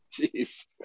Jeez